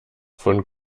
von